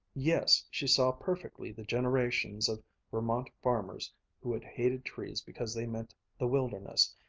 yes, she saw perfectly the generations of vermont farmers who had hated trees because they meant the wilderness,